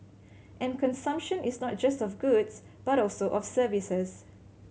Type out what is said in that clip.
and consumption is not just of goods but also of services